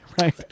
right